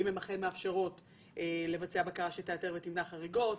הן אכן מאפשרות לבצע בקרה שתאתר ותמנע חריגות.